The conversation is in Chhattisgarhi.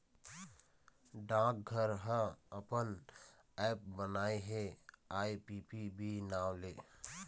डाकघर ह अपन ऐप्स बनाए हे आई.पी.पी.बी नांव ले